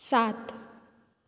सात